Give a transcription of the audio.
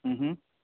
ह्म् ह्म्